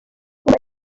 umva